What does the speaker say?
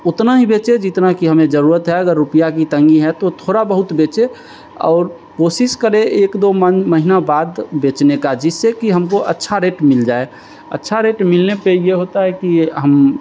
उतना ही बेचें जितना कि हमें जरूरत है अगर रुपया की तंगी है तो थोड़ा बहुत बेचें और कोशिश करें एक दो मंथ महीना बाद बेचने का जिससे कि हमको अच्छा रेट मिल जाए अच्छा रेट मिलने पर ये होता है कि ये हम